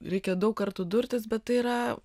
reikia daug kartų durtis bet tai yra